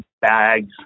bags